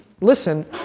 listen